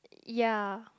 ya